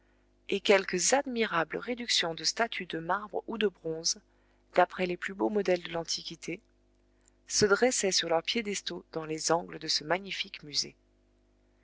et quelques admirables réductions de statues de marbre ou de bronze d'après les plus beaux modèles de l'antiquité se dressaient sur leurs piédestaux dans les angles de ce magnifique musée